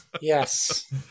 yes